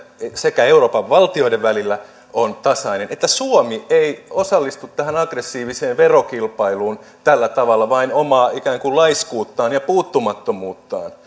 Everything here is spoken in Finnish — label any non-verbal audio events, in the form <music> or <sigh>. euroopan valtioiden välillä on tasainen että suomi ei osallistu tähän aggressiiviseen verokilpailuun tällä tavalla vain omaa ikään kuin laiskuuttaan ja puuttumattomuuttaan <unintelligible>